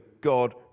God